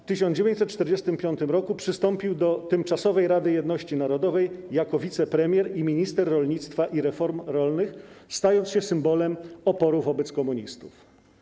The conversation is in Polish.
W 1945 roku przystąpił do Tymczasowej Rady Jedności Narodowej i jako wicepremier i minister rolnictwa i reform rolnych stał się symbolem oporu wobec komunistów.